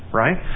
right